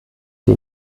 die